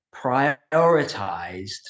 prioritized